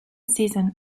season